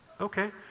Okay